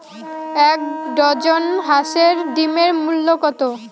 এক ডজন হাঁসের ডিমের মূল্য কত?